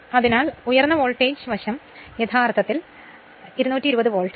അതിനാൽ ഉയർന്ന വോൾട്ടേജ് വർഷം യഥാർത്ഥത്തിൽ 220 വോൾട്ട്